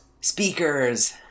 speakers